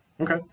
Okay